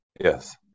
yes